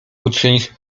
uczynić